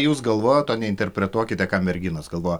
jūs galvojat o neinterpretuokite ką merginos galvoja